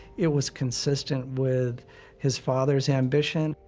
it was consistent with his father's ambition.